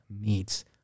meets